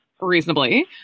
reasonably